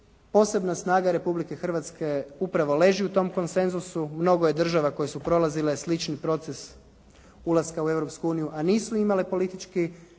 Posebna snaga Republike Hrvatske upravo leži u tom konsenzusu. Mnogo je država koje su prolazile slični proces ulaska u Europsku uniju, a nisu imale politički